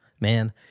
man